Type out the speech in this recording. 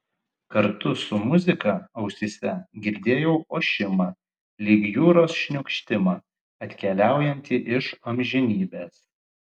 kartu su muzika ausyse girdėjau ošimą lyg jūros šniokštimą atkeliaujantį iš amžinybės